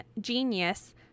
genius